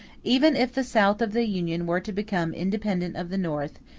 even if the south of the union were to become independent of the north,